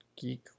geek